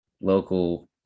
local